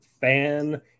fan